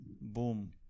Boom